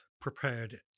prepared